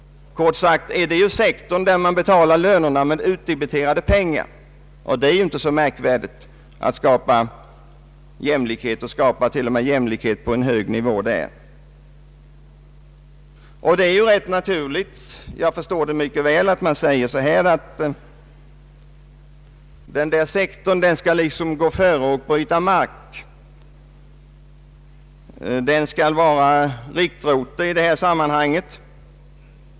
Det är kort sagt sektorn där man betalar lönerna med utdebiterade pengar, och det är inte så märkvärdigt att skapa jämlikhet och till och med jämlikhet på en hög nivå där. Det är rätt naturligt — jag förstår det mycket väl — att man anser att denna sektor också bör gå före och bryta mark, den skall vara riktrote i detta sammanhang.